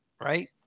right